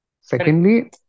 Secondly